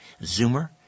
Zoomer